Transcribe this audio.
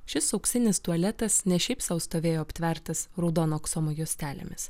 šis auksinis tualetas ne šiaip sau stovėjo aptvertas raudono aksomo juostelėmis